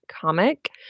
comic